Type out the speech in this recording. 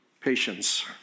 Patience